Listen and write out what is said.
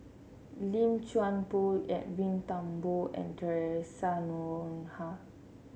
Lim Chuan Poh Edwin Thumboo and Theresa Noronha